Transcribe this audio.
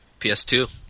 PS2